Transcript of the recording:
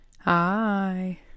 Hi